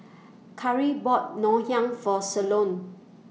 Karri bought Ngoh Hiang For Sloane